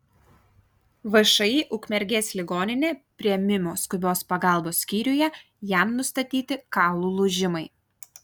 všį ukmergės ligoninė priėmimo skubios pagalbos skyriuje jam nustatyti kaulų lūžimai